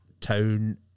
town